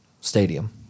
stadium